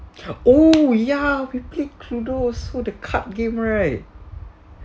oh ya we played cluedos so the card game right